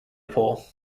pole